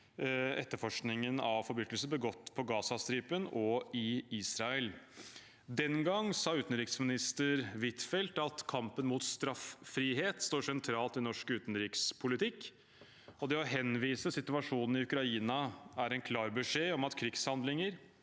etterforskningen av forbrytelser begått på Gazastripen og i Israel. Den gang sa utenriksminister Huitfeldt følgende: «Kampen mot straffrihet står sentralt i norsk utenrikspolitikk. Henvisningen av situasjonen i Ukraina er en klar beskjed om at krigshandlinger